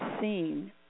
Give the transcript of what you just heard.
seen